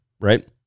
right